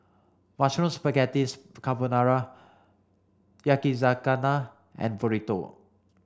Mushroom Spaghetti Carbonara Yakizakana and Burrito